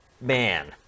man